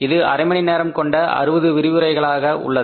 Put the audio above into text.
இது அரைமணிநேரம் கொண்ட 60 விரிவுரைகளை உள்ளடக்கியது